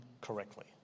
correctly